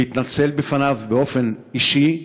להתנצל בפניו באופן אישי,